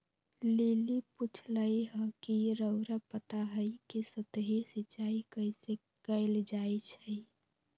lily पुछलई ह कि रउरा पता हई कि सतही सिंचाई कइसे कैल जाई छई